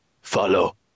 Follow